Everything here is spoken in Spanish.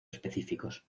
específicos